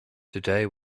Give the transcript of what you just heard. today